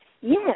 Yes